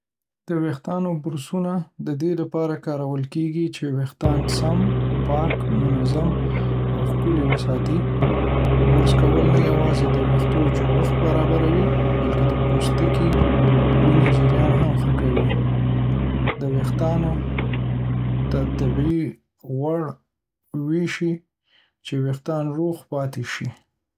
د ویښتانو برسونه د دې لپاره کارول کېږي چې ویښتان سم، پاک، منظم، او ښکلي وساتي. برس کول نه یوازې د ویښتو جوړښت برابروي، بلکې د پوستکي وینه‌جریان هم ښه کوي او ویښتانو ته طبیعي غوړ وېشي، چې ویښتان روغ پاتې شي.